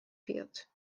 field